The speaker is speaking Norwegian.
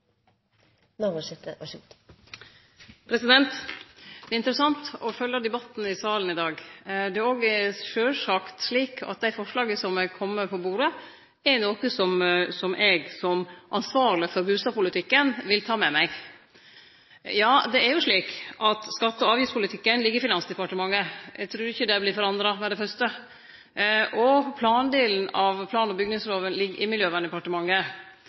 årsaken til sykdommen. Det er interessant å følgje debatten i salen i dag. Det er sjølvsagt òg slik at dei forslaga som er komne på bordet, er noko som eg som ansvarleg for bustadpolitikken vil ta med meg. Ja, det er slik at skatte- og avgiftspolitikken ligg i Finansdepartementet – eg trur ikkje det vert forandra med det fyrste – og plandelen av plan- og bygningslova ligg i Miljøverndepartementet,